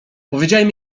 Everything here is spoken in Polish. powiedziałem